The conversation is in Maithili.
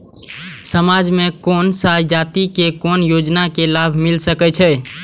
समाज में कोन सा जाति के कोन योजना के लाभ मिल सके छै?